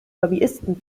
lobbyisten